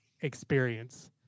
experience